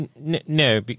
no